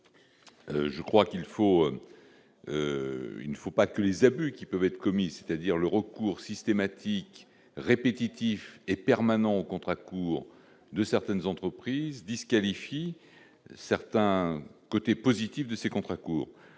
je crois qu'il faut, il ne faut pas que les abus qui peuvent être commises, c'est-à-dire le recours systématique, répétitif et permanent aux contrats courts de certaines entreprises disqualifie certains côtés positif de ces contrats courts,